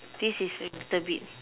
this is a little bit